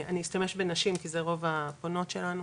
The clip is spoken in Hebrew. אני אשתמש בנשים, כי זה רוב הפונות שלנו,